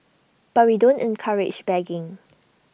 but we don't encourage begging